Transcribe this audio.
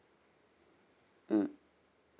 mm